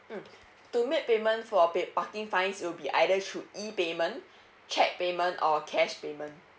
mm to make payment for pay~ parking fines will be either through E payment check payment or cash payment